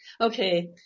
Okay